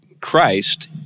Christ